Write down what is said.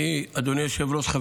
אדוני היושב-ראש,